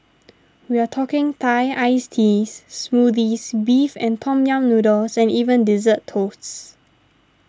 we're talking Thai Iced Teas Smoothies Beef and Tom Yam Noodles and even Dessert Toasts